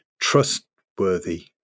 trustworthy